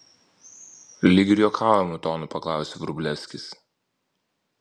lyg ir juokaujamu tonu paklausė vrublevskis